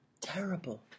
terrible